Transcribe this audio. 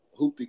hoopty